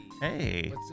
Hey